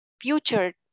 future